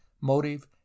motive